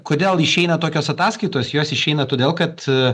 kodėl išeina tokios ataskaitos jos išeina todėl kad